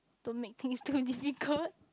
don't make things too difficult